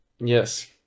Yes